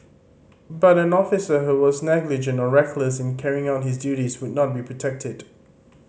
but an officer who was negligent or reckless in carrying out his duties would not be protected